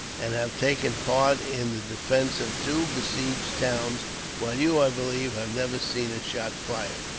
and have taken part in the defence of two besieged towns while you, i believe, have never seen a shot fired.